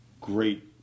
great